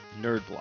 NerdBlock